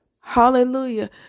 Hallelujah